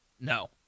No